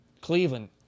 Cleveland